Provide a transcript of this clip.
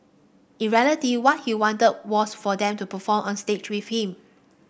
in reality what he wanted was for them to perform on stage with him